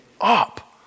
up